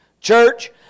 Church